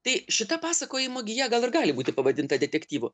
tai šita pasakojimo gija gal ir gali būti pavadinta detektyvu